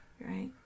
right